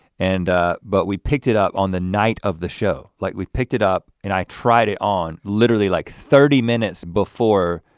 and but we picked it up on the night of the show like we picked it up and i tried it on literally like thirty minutes before.